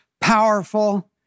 powerful